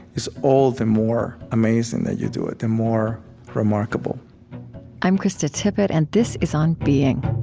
it's all the more amazing that you do it, the more remarkable i'm krista tippett, and this is on being